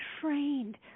trained